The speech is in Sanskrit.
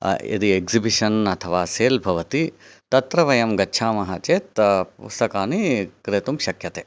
यदि एक्सिबिषन् अथवा सेल् भवति तत्र वयं गच्छामः चेत् पुस्तकानि क्रेतुं शक्यते